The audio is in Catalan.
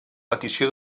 petició